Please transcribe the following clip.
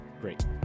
great